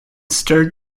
stirred